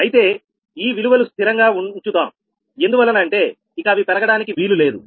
అయితే ఈ విలువలు స్థిరంగా ఉంచుతాం ఎందువలన అంటే ఇక అవి పెరగడానికి వీలులేదు